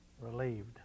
relieved